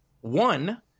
One